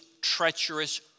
treacherous